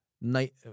Night